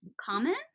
comment